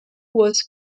was